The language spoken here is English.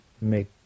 make